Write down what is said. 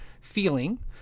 feeling